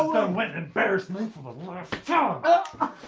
went and embarrassed me for the last so